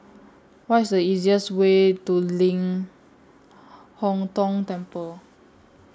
What IS The easiest Way to Ling Hong Tong Temple